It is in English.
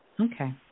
Okay